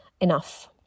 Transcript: enough